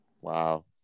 Wow